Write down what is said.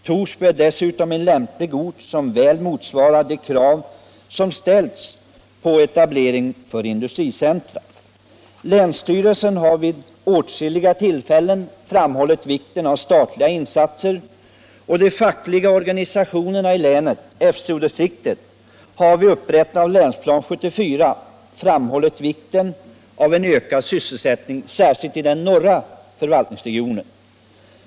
Torsby är dessutom en ort som väl motsvarar de krav som har ställts för etablering av industricentra. Länsstyrelsen har vid åtskilliga tillfällen framhållit vikten av statliga insatser, De fackliga organisationerna har också vid upprättandet av Länsplan 74 framhållit vikten av en ökad sysselsättning, särskilt i den norra förvaltningsregionen.